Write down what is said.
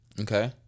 Okay